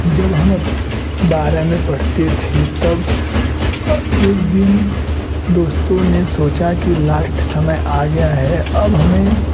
जब हम बारह में पढ़ते थे तब एक दिन दोस्तों ने सोचा कि लाश्ट समय आ गया है अब हमें